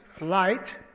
light